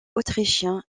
autrichien